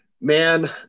man